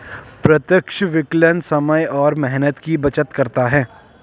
प्रत्यक्ष विकलन समय और मेहनत की बचत करता है